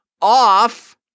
off